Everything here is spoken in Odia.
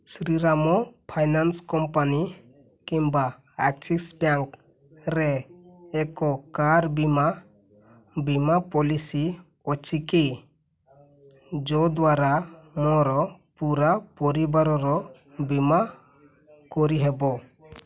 ଶ୍ରୀରାମ ଫାଇନାନ୍ସ କମ୍ପାନୀ କିମ୍ବା ଆକ୍ସିସ୍ ବ୍ୟାଙ୍କ୍ ରେ ଏକ କାର୍ ବୀମା ବୀମା ପଲିସି ଅଛି କି ଯଦ୍ଵାରା ମୋର ପୂରା ପରିବାରର ବୀମା କରି ହେବ